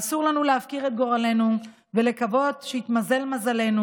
אסור לנו להפקיר את גורלנו ולקוות שיתמזל מזלנו.